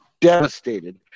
devastated